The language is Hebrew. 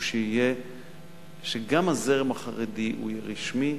הוא שגם הזרם החרדי יהיה רשמי.